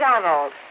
Donald